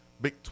Big